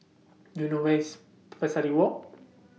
Do YOU know Where IS Pesari Walk